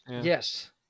Yes